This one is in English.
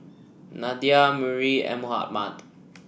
Nadia Murni and Muhammad